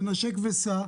זה "נשק וסע",